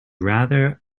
rather